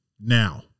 now